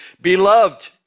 Beloved